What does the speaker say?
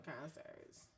concerts